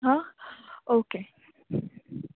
हां ओके